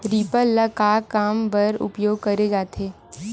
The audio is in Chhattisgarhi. रीपर ल का काम बर उपयोग करे जाथे?